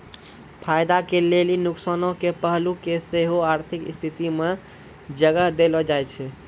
फायदा के लेली नुकसानो के पहलू के सेहो आर्थिक स्थिति मे जगह देलो जाय छै